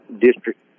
district